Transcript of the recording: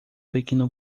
pequeno